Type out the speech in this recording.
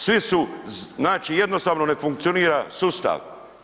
Svi su, znači jednostavno ne funkcionira sustav.